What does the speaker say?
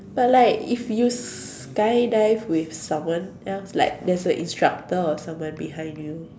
but like if you skydive with someone else like there's a instructor or someone behind you